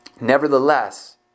Nevertheless